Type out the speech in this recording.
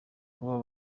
baba